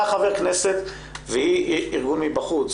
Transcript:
אתה חבר כנסת והיא ארגון מבחוץ.